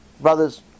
brothers